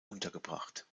untergebracht